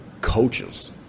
coaches